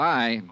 Bye